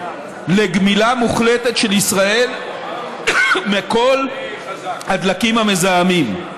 לגמילה מוחלטת של ישראל מכל הדלקים המזהמים,